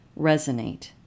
resonate